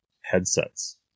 headsets